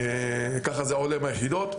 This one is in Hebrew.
ככה זה עולה מהיחידות.